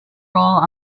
role